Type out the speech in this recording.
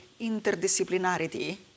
interdisciplinarity